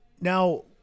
Now